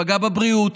פגע בבריאות,